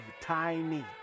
tiny